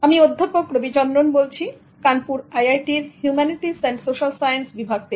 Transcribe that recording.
আমি অধ্যাপক রবিচন্দ্রন বলছি কানপুর আইআইটির হিউম্যানিটিস অ্যান্ড সোশ্যাল সাইন্স বিভাগ থেকে